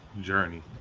journey